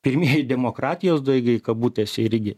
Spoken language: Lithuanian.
pirmieji demokratijos daigai kabutėse irgi